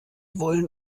wollen